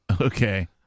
okay